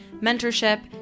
mentorship